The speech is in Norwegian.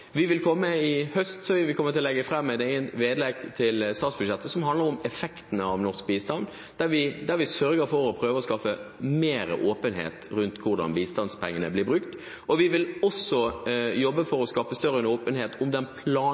vi legge fram et vedlegg til statsbudsjettet som handler om effekten av norsk bistand, der vi prøver å sørge for mer åpenhet om hvordan bistandsmidlene blir brukt. Vi vil også jobbe for å skape større åpenhet om den